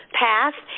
path